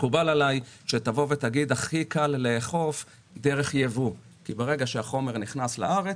מקובל עליי שתגיד שהכי קל לאכוף דרך ייבוא כי ברגע שהחומר נכנס לארץ,